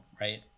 right